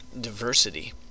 diversity